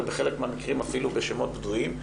ובחלק מהמקרים זה אפילו בשמות בדויים,